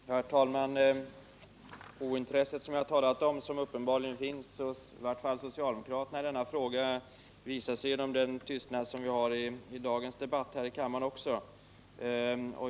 Herr talman! Ointresset som jag har talat om, som uppenbarligen finns hos i varje fall socialdemokraterna i denna kammare, visar sig genom den tystnad vi kan iakttaga i dagens debatt i kammaren.